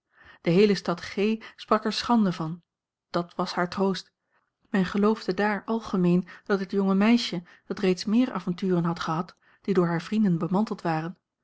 de heele stad g sprak er schande van dàt was haar troost men geloofde daar algemeen dat het jonge meisje dat reeds meer avonturen had gehad die door hare vrienden bemanteld waren